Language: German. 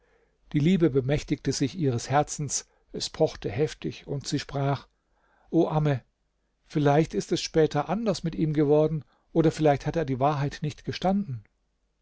die liebe bemächtigte sich ihres herzens es pochte heftig und sie sprach o amme vielleicht ist es später anders mit ihm geworden oder vielleicht hat er die wahrheit nicht gestanden